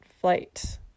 flight